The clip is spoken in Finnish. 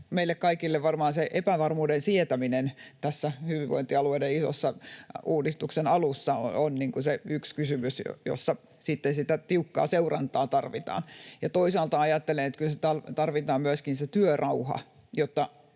meille kaikille varmaan se epävarmuuden sietäminen tässä hyvinvointialueiden ison uudistuksen alussa on se yksi kysymys, jossa sitten sitä tiukkaa seurantaa tarvitaan. Toisaalta ajattelen, että kyllä tarvitaan myöskin työrauha, jotta